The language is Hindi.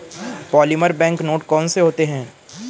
पॉलीमर बैंक नोट कौन से होते हैं